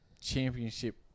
championship